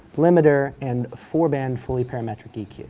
limiter, and four band fully parametric eq.